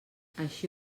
així